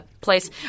place